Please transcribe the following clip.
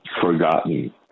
forgotten